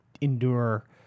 endure